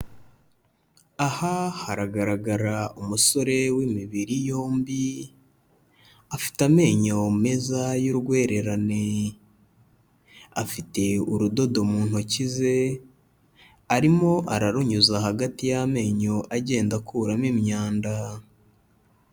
Aha haragaragara umusore w'imibiri yombi, afite amenyo meza y'urwererane, afite urudodo mu ntoki ze arimo ararunyuza hagati y'amenyo agenda akuramo imyanda.